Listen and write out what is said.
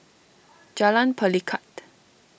Jalan Pelikat